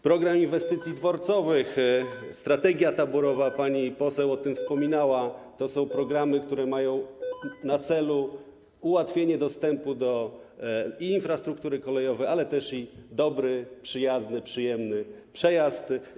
Program inwestycji dworcowych”, strategia taborowa - pani poseł o tym wspominała - to są programy, które mają na celu ułatwienie dostępu do infrastruktury kolejowej, ale też zapewnienie dobrego, przyjaznego, przyjemnego przejazdu.